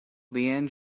leanne